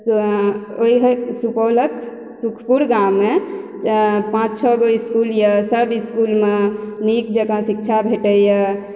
ओइहे सुपौलक सुखपुर गाँवमे पाँच छओ गो इसकुल यऽ सब इसकुलमे नीक जकाँ शिक्षा भेटइए